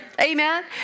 Amen